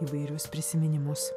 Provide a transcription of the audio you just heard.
įvairius prisiminimus